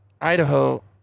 Idaho